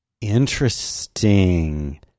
Interesting